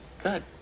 good